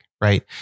right